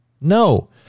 No